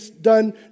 done